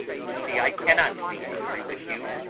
lucy, i cannot be angry with you,